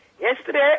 Yesterday